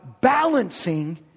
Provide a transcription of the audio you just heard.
balancing